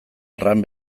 erran